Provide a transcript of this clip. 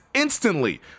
Instantly